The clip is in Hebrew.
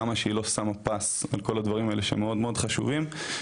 כמה שהיא לא שמה פס על כל הדברים המאוד חשובים האלה.